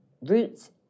Roots